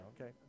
okay